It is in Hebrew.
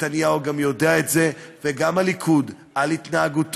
נתניהו גם יודע את זה, וגם הליכוד, על התנהגותו.